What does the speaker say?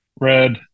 red